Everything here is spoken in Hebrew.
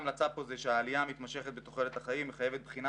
ההמלצה פה היא שהעלייה המתמשכת בתוחלת החיים מחייבת בחינה